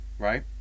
right